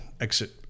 exit